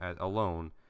alone